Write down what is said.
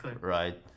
right